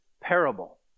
parable